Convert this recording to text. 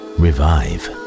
revive